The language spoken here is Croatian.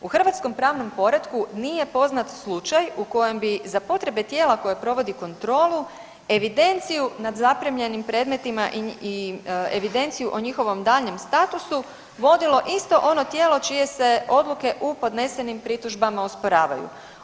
U hrvatskom pravnom poretku nije poznat slučaj u kojem bi, za potrebe tijela koje provodi kontrolu, evidenciju nad zaprimljenim predmetima i evidenciju o njihovom daljnjem statusu vodilo isto ono tijelo čije se odluke u podnesenim pritužbama osporavaju.